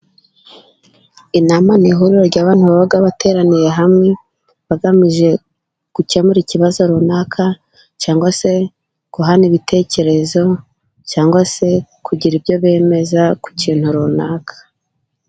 Inama ni ihuriro ry'a bantu bateraniye hamwe bagamije gukemura ikibazo runaka, cyangwa se guhana ibitekerezo ,cyangwa se kugira ibyo bemeza ku kintu runaka.